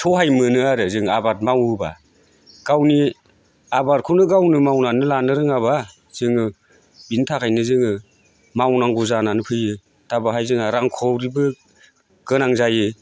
सहाय मोनो आरो जोंहा आबाद मावोब्ला गावनि आबादखौनो गावनो मावनानै लानो रोङाब्ला जोङो बिनि थाखायनो जोङो मावनांगौ जानानै फैयो दा बाहाय जोंहा रांखावरिबो गोनां जायो